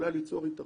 יכולה ליצור התערבות